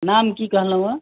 नाम कि कहलहुॅं हैं